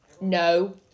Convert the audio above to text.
no